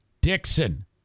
dixon